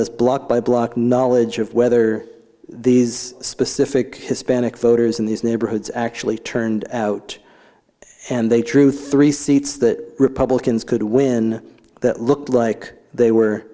this block by block knowledge of whether these specific hispanic voters in these neighborhoods actually turned out and they drew three seats that republicans could win that looked like they were